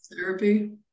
therapy